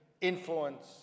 influence